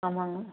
ஆமாங்க